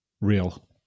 real